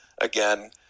again